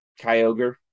Kyogre